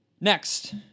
Next